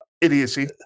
Idiocy